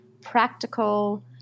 practical